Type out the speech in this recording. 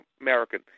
American